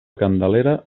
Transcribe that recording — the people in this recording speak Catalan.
candelera